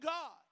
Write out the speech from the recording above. God